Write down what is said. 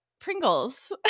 Pringles